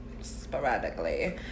sporadically